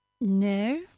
no